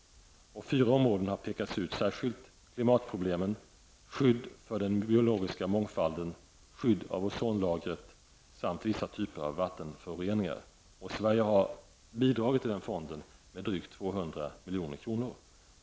Fyra områden har särskilt pekats ut: klimatproblemen, skydd för den biologiska mångfalden, skydd för ozonlagret, samt vissa typer av vattenföroreningar. Sverige har bidragit till denna fond med drygt 200 milj.kr.